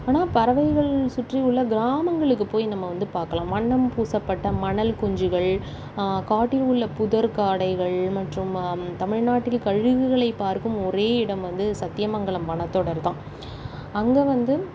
ஆனால் பறவைகள் சுற்றி உள்ள கிராமங்களுக்கு போய் நம்ம வந்து பார்க்கலாம் வண்ணம் பூசப்பட்ட மணல் குஞ்சிகள் காட்டில் உள்ள புதர் காடைகள் மற்றும் தமிழ்நாட்டில் கழுகுகளை பார்க்கும் ஒரே இடம் வந்து சத்தியமங்கலம் வனத்தொடர் தான் அங்கே வந்து